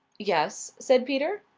yes? said peter.